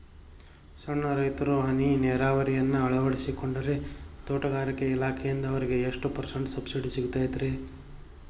ಸಣ್ಣ ರೈತರು ಹನಿ ನೇರಾವರಿಯನ್ನ ಅಳವಡಿಸಿಕೊಂಡರೆ ತೋಟಗಾರಿಕೆ ಇಲಾಖೆಯಿಂದ ಅವರಿಗೆ ಎಷ್ಟು ಪರ್ಸೆಂಟ್ ಸಬ್ಸಿಡಿ ಸಿಗುತ್ತೈತರೇ?